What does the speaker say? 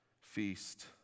feast